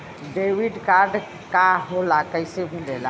Debit card का होला कैसे मिलेला?